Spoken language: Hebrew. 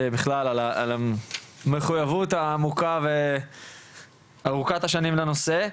בכלל על המחויבות העמוקה וארוכת השנים לנושא.